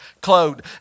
clothed